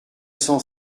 cent